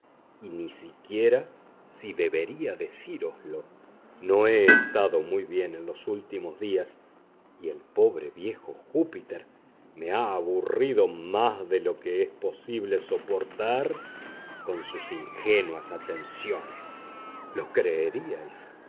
y ni siquiera si debería decíroslo no he estado muy bien en los últimos días y el pobre viejo júpiter me ha aburrido más de lo que es posible soportar con sus ingenuas atenciones lo creeríais